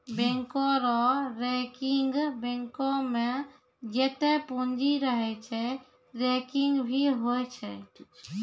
बैंको रो रैंकिंग बैंको मे जत्तै पूंजी रहै छै रैंकिंग भी होय छै